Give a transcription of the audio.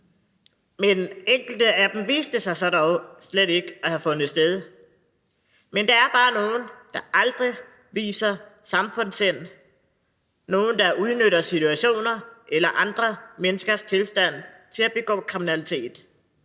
men enkelte af dem viste sig dog slet ikke at have fundet sted. Men der er bare nogle, der aldrig viser samfundssind, nogle, der udnytter situationer eller andre menneskers tilstand til at begå kriminalitet.